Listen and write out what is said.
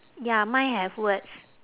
ya mine have words